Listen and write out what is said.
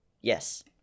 yes